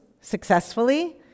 successfully